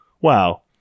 Wow